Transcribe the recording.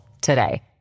today